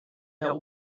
der